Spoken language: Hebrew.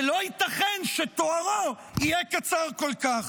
ולא ייתכן שתוארו יהיה קצר כל כך.